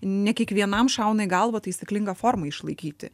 ne kiekvienam šauna į galvą taisyklingą formą išlaikyti